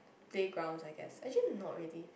playgrounds I guess actually not really